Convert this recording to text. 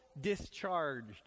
discharged